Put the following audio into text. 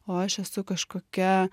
o aš esu kažkokia